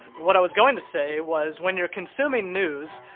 what i was going to say was, when you're consuming news,